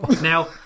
Now